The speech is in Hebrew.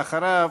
ואחריו,